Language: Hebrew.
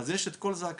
אז יש את קול זעקתם.